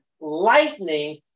lightning